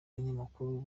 banyamakuru